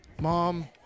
Mom